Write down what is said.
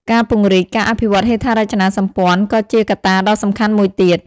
ការពង្រីក ការអភិវឌ្ឍហេដ្ឋារចនាសម្ព័ន្ធ ក៏ជាកត្តាដ៏សំខាន់មួយទៀត។